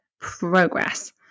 progress